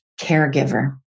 caregiver